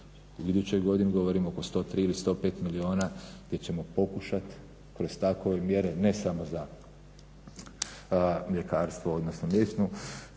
Iduće godine govorimo oko 103 ili 105 milijuna gdje ćemo pokušat kroz tako mjere ne samo za mljekarstvo odnosno mliječnu